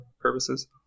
purposes